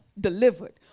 delivered